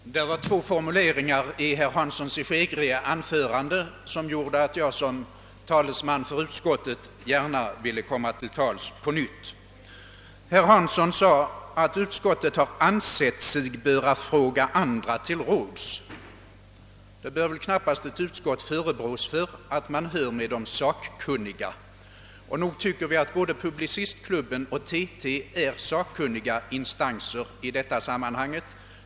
Herr talman! Det var två formuleringar i herr Hanssons i Skegrie anförande som gjorde att jag som talesman för utskottet gärna ville komma till tals på nytt. Ett utskott bör väl knappast förebrås för att det tillfrågar sakkunniga, och nog tycker vi att både Publicistklubben och TT är sakkunniga instanser i detta sammanhang.